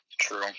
True